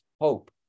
hope